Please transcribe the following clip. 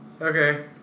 okay